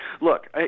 look